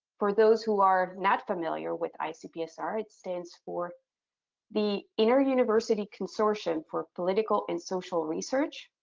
for those who are not familiar with icpsr, it stands for the inter-university consortium for political and social research.